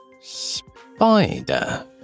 Spider